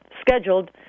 scheduled